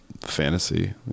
fantasy